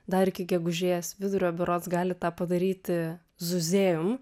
dar iki gegužės vidurio berods gali tą padaryti zuzeum